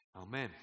Amen